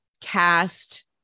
cast